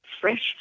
fresh